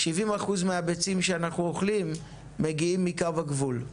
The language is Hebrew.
70% מהביצים שאנחנו אוכלים מגיעים מקו הגבול,